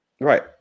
Right